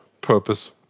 purpose